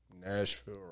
Nashville